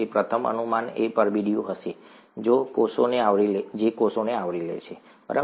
પ્રથમ અનુમાન એ પરબિડીયું હશે જે કોષોને આવરી લે છે બરાબર